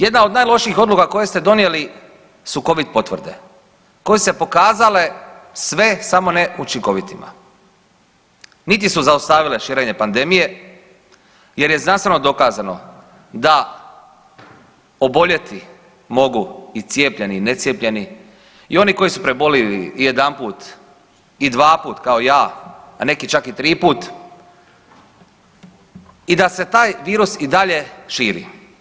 Jedna od najlošijih odluka koje ste donijeli su covid potvrde koje su se pokazale sve samo ne učinkovitima, niti su zaustavile širenje pandemije jer je znanstveno dokazano da oboljeti mogu i cijepljeni i necijepljeni i oni koji su preboljeli i jedanput i dvaput kao ja, a neki čak i triput i da se taj virus i dalje širi.